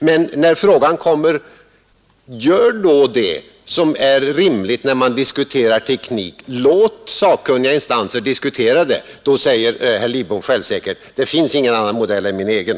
Men när vi kommer till att man då skall göra det som är rimligt när man diskuterar teknik, nämligen att låta sakkunniga instanser diskutera frågan, säger herr Lidbom självsäkert: Det finns ingen annan modell än min egen.